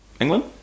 England